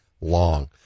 long